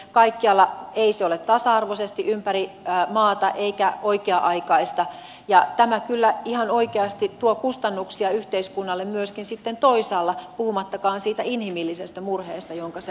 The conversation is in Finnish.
myöskään mielenterveyspalvelut eivät ole tasa arvoisesti saata villa ympäri maata eikä avun saaminen ole oikea aikaista ja tämä kyllä ihan oikeasti tuo kustannuksia yhteiskunnalle myöskin sitten toisaalla puhumattakaan siitä inhimillisestä murheesta jonka se aiheuttaa